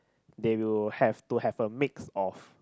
they will have to have a mix of